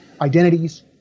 identities